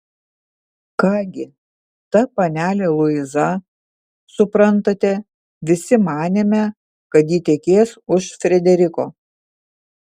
ką gi ta panelė luiza suprantate visi manėme kad ji tekės už frederiko